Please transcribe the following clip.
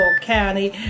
County